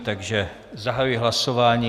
Takže zahajuji hlasování.